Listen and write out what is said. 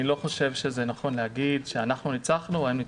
אני לא חושב שזה נכון להגיד שאנחנו ניצחנו או הם ניצחו.